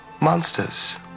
monsters